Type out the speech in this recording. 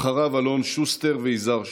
אחריו, אלון שוסטר ויזהר שי.